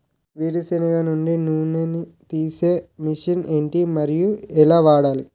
వేరు సెనగ నుండి నూనె నీ తీసే మెషిన్ ఏంటి? మరియు ఎలా వాడాలి?